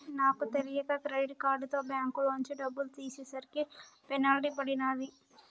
నాకు తెలియక క్రెడిట్ కార్డుతో బ్యేంకులోంచి డబ్బులు తీసేసరికి పెనాల్టీ పడినాది